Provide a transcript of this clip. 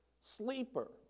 sleeper